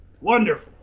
Wonderful